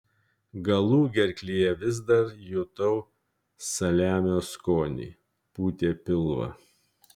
galugerklyje vis dar jutau saliamio skonį pūtė pilvą